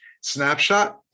snapshot